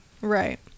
Right